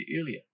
earlier